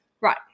Right